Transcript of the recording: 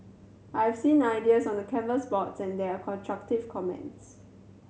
I've seen ideas on the canvas boards and there are constructive comments